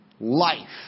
life